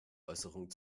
äußerung